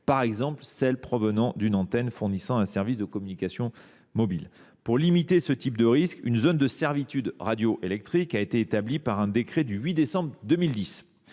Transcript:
par exemple celles qui proviennent d’une antenne fournissant un service de communication mobile. Pour limiter ce type de risque, une zone de servitude radioélectrique a été établie par un décret du 8 décembre 2010.